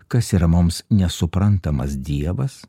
kas yra mums nesuprantamas dievas